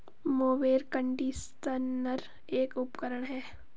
mower conditioner एक उपकरण है